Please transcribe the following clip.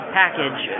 package